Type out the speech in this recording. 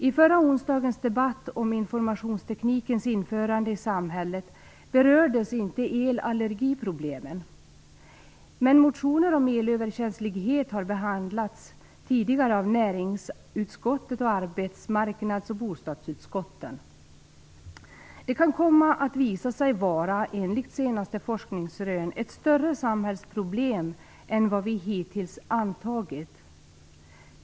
I förra onsdagens debatt om informationsteknikens införande i samhället berördes inte elallergiproblemen. Men motioner om elöverkänslighet har behandlats tidigare av näringsutskottet, arbetsmarknadsutskottet och bostadsutskottet. Det kan komma att visa sig vara, enligt senaste forskningsrön, ett större samhällsproblem än vad vi hittills antagit.